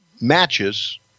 matches